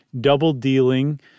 double-dealing